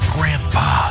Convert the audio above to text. Grandpa